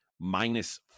minus